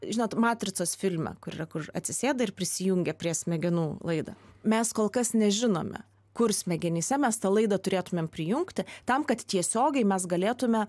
žinot matricos filme kur yra kur atsisėda ir prisijungia prie smegenų laidą mes kol kas nežinome kur smegenyse mes tą laidą turėtumėm prijungti tam kad tiesiogiai mes galėtume